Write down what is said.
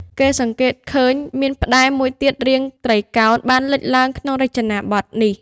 គេសង្កេតឃើញ មានផ្តែរមួយទៀតរាងត្រីកោណបានលេចឡើងនៅក្នុងរចនាបទនេះ។